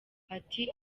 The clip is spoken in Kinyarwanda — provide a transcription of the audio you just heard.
ati